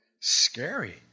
Scary